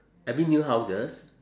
every new houses